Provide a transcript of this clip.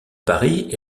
paris